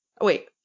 wait